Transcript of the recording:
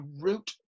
route